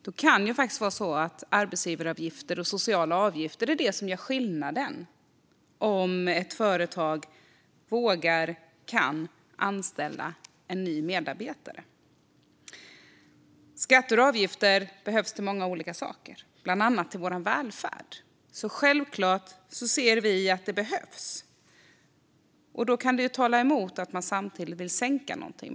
Det kan vara så att det är arbetsgivaravgifter och sociala avgifter som gör skillnaden om ett företag vågar och kan anställa en ny medarbetare. Skatter och avgifter behövs till många olika saker, bland annat till vår välfärd. Vi ser självklart att det behövs. Det kan tala emot att man samtidigt vill sänka någonting.